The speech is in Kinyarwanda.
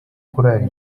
kurara